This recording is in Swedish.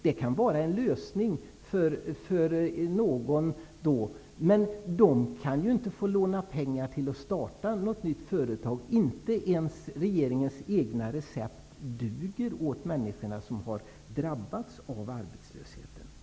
Det kan vara en lösning för någon. Man kan emellertid inte få låna pengar för att starta ett nytt företag. Inte ens regeringens egna råd duger för att hjälpa dem som har drabbats av arbetslöshet.